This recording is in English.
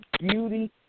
beauty